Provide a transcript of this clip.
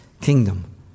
kingdom